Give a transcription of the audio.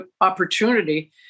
opportunity